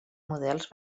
models